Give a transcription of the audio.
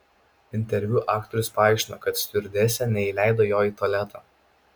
interviu aktorius paaiškino kad stiuardesė neįleido jo į tualetą